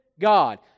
God